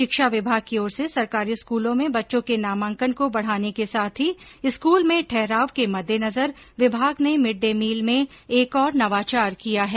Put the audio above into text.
शिक्षा विभाग की ओर से सरकारी स्कूलों में बच्चों के नामांकन को बढ़ाने के साथ ही स्कूल में ठहराव के मद्देनजर विभाग ने मिड डे मील में एक और नवाचार किया है